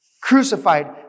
crucified